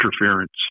interference